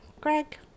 Greg